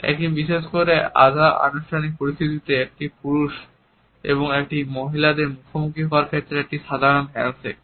এখন বিশেষ করে আধা আনুষ্ঠানিক পরিস্থিতিতে এটি পুরুষ এবং মহিলাদের মুখোমুখি হওয়ার ক্ষেত্রে একটি সাধারণ হ্যান্ডশেক